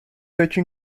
techo